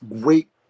great